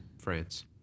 France